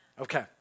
Okay